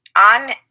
On